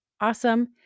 Awesome